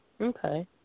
Okay